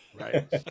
Right